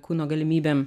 kūno galimybėm